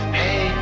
hey